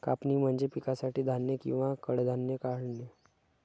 कापणी म्हणजे पिकासाठी धान्य किंवा कडधान्ये काढणे